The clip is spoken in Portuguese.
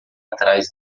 atrás